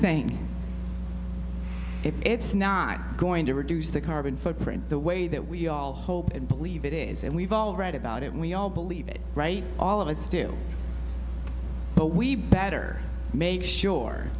thing if it's not going to reduce the carbon footprint the way that we all hope and believe it is and we've all read about it and we all believe it right all of us do but we better make sure